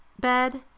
bed